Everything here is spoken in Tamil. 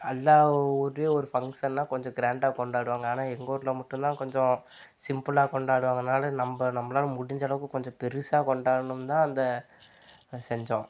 எல்லா ஊர்லயும் ஒரு ஃபங்க்ஷன்னா கொஞ்சம் கிராண்டாக கொண்டாடுவாங்க ஆனால் எங்கள் ஊர்ல மட்டுந்தான் கொஞ்சம் சிம்பிளாக கொண்டாடுவாங்கனால நம்ம நம்மளால முடிஞ்சளவுக்கு கொஞ்சம் பெருசாக கொண்டாடணும்னு தான் அந்த செஞ்சோம்